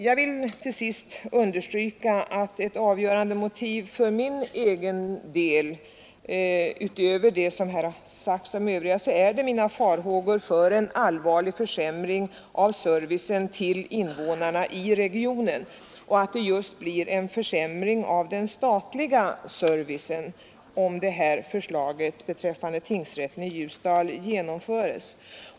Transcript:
Jag vill till sist understryka, att avgörande för min egen del utöver det som här har sagts är mina farhågor för en allvarlig försämring av servicen till invånarna i regionen, att det blir en försämring av den statliga servicen, om förslaget beträffande tingsrätten i Ljusdal genomföres.